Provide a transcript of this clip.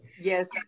Yes